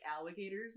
alligators